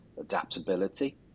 adaptability